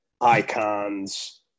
icons